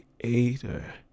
Creator